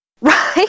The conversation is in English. Right